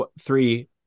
three